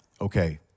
Okay